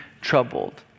troubled